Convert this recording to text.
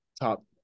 top